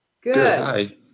Good